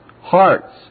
hearts